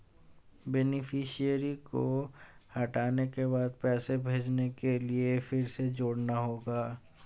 beneficiary को हटाने के बाद पैसे भेजने के लिए फिर से जोड़ना होगा